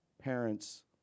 parents